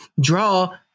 draw